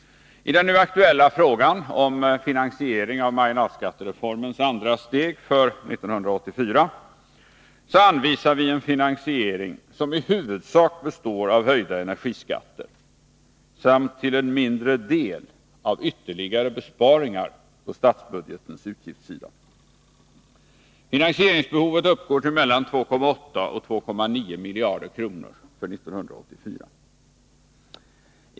I den nu aktuella frågan, om finansiering av marginalskattereformens andra steg för 1984, anvisar vi en finansiering som i huvudsak består av höjda energiskatter samt till en mindre del av ytterligare besparingar på statsbudgetens utgiftssida. Finansieringsbehovet uppgår till mellan 2,8 och 2,9 miljarder kronor för 1984.